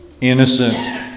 innocent